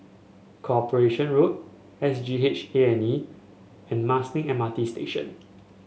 Corporation Road S G H A and E and Marsiling M R T Station